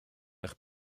eich